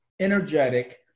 energetic